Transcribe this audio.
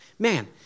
Man